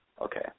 Okay